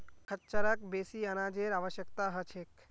खच्चरक बेसी अनाजेर आवश्यकता ह छेक